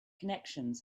connections